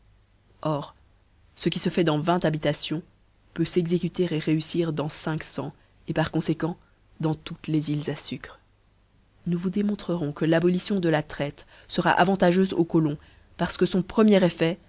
or ce qui fb fait dans vingt habitations peut s'exécuter réuffir dans cinq cent parconfëquent dans toutes les ifles à fucre nous vous démontrerons que l'abolition de la traite fera avantageufe aux colons parce qne fon premier effet